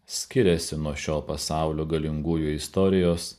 skiriasi nuo šio pasaulio galingųjų istorijos